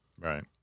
Right